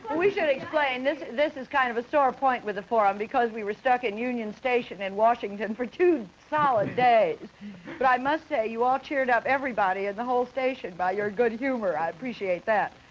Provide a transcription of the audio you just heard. ah we should explain this this is kind of a sore point with the forum because we were stuck in union station in washington for two solid days but i must say you all cheered up everybody in the whole station by your good humor, i appreciate that.